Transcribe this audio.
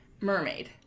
mermaid